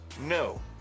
No